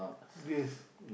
this